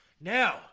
Now